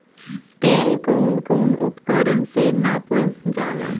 तेल कउन कउन उपकरण से नापल जाला?